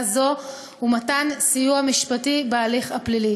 זו הוא מתן סיוע משפטי בהליך הפלילי.